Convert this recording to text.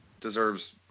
deserves